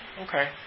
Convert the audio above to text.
Okay